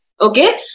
Okay